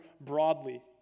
broadly